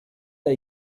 der